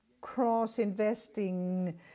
cross-investing